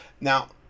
Now